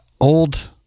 old